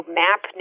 map